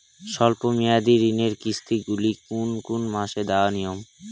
স্বল্প মেয়াদি ঋণের কিস্তি গুলি কোন কোন মাসে দেওয়া নিয়ম?